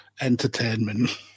Entertainment